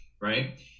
right